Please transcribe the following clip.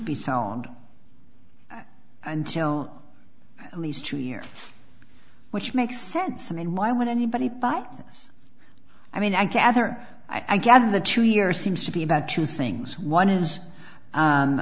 be so on until at least two years which makes sense i mean why would anybody but us i mean i gather i gather the two year seems to be about two things one is